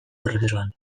prozesuan